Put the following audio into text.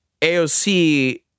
AOC